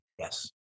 Yes